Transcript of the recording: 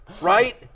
Right